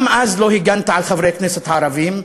גם אז לא הגנת על חברי הכנסת הערבים,